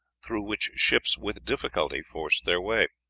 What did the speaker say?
through which ships with difficulty forced their way.